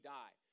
die